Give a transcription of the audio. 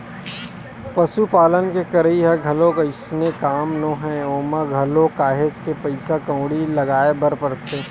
पसुपालन के करई ह घलोक अइसने काम नोहय ओमा घलोक काहेच के पइसा कउड़ी लगाय बर परथे